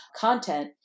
content